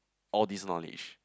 all these knowledge